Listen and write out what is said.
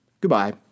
Goodbye